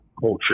culture